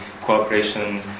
cooperation